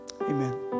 amen